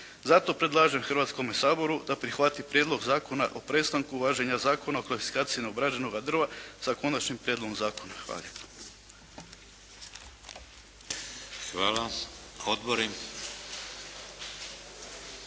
Zato predlažem Hrvatskome saboru da prihvati Prijedlog zakona o prestanku važenja Zakona o klasifikaciji neobrađenog drva sa Konačnim prijedlogom zakona. Hvala lijepa.